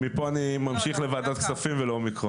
מפה אני ממשיך לוועדת הכספים ולאומיקרון.